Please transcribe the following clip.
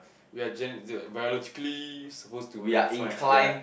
we are gen~ no biologically supposed to go and find ya